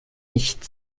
nicht